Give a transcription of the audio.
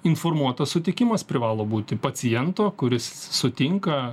informuotas sutikimas privalo būti paciento kuris sutinka